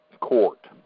Court